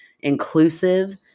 inclusive